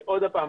שוב,